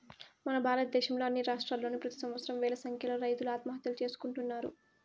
మన భారతదేశంలో అన్ని రాష్ట్రాల్లోనూ ప్రెతి సంవత్సరం వేల సంఖ్యలో రైతులు ఆత్మహత్యలు చేసుకుంటున్నారు